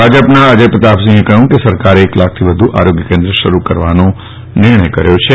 ભાજપના અજય પ્રતાપ સિંહે કહ્યું કે સરકારે એક લાખથી વ્ધુ આરોગ્યકેન્દ્ર શરૂ કરવાનો નિર્ણય કર્યો છે